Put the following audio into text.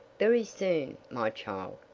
very soon, my child,